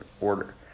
order